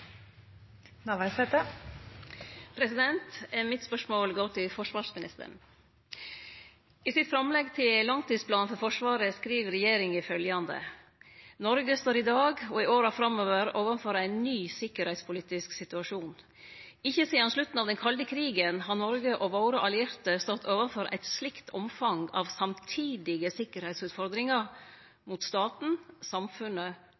Mitt spørsmål går til forsvarsministeren. I sitt framlegg til langtidsplan for Forsvaret skriv regjeringa: «Norge står i dag og i årene fremover overfor en ny sikkerhetspolitisk situasjon. Ikke siden slutten av den kalde krigen har Norge og våre allierte stått overfor et slikt omfang av samtidige sikkerhetsutfordringer – mot staten, samfunnet